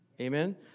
Amen